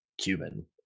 cuban